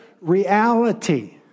reality